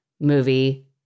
movie